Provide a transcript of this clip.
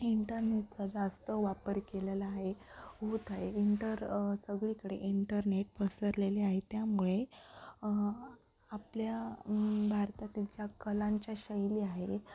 इंटरनेटचा जास्त वापर केलेला आहे होत आहे इंटर सगळीकडे इंटरनेट पसरलेले आहे त्यामुळे आपल्या भारतातील ज्या कलांच्या शैली आहे